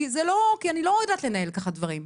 כי אני לא יודעת לנהל ככה דברים,